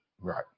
Right